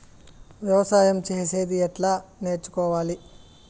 వ్యవసాయం చేసేది ఎట్లా నేర్చుకోవాలి?